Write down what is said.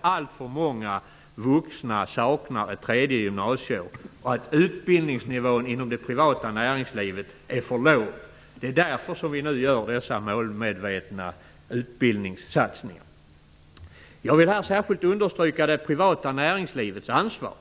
alltför många vuxna fortfarande saknar ett tredje gymnasieår och att utbildningsnivån inom det privata näringslivet är för låg. Det är därför vi nu gör dessa målmedvetna utbildningssatsningar. Jag vill här särskilt understryka det privata näringslivets ansvar.